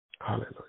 Hallelujah